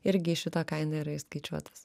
irgi į šitą kainą yra įskaičiuotas